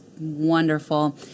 wonderful